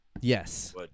Yes